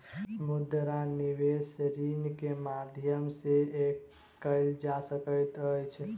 मुद्रा निवेश ऋण के माध्यम से कएल जा सकै छै